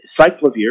Cyclovir